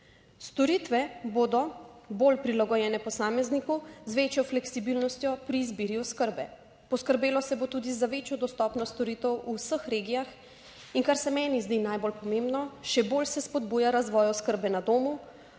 Storitve bodo bolj prilagojene posamezniku, z večjo fleksibilnostjo pri izbiri oskrbe. Poskrbelo se bo tudi za večjo dostopnost storitev v vseh regijah in kar se meni zdi najbolj pomembno še bolj se spodbuja razvoj oskrbe na domu